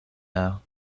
now